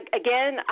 again